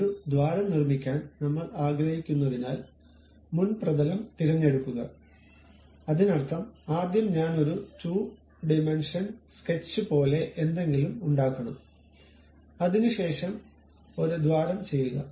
ഒരു ദ്വാരം നിർമ്മിക്കാൻ നമ്മൾ ആഗ്രഹിക്കുന്നതിനാൽ മുൻ പ്രതലം തിരഞ്ഞെടുക്കുക അതിനർത്ഥം ആദ്യം ഞാൻ ഒരു 2 ഡിമെൻഷൻ സ്കെച്ച് പോലെ എന്തെങ്കിലും ഉണ്ടാക്കണം അതിനുശേഷം ഒരു ദ്വാരം ചെയ്യുക